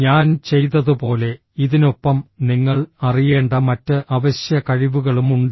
ഞാൻ ചെയ്തതുപോലെ ഇതിനൊപ്പം നിങ്ങൾ അറിയേണ്ട മറ്റ് അവശ്യ കഴിവുകളും ഉണ്ട്